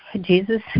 Jesus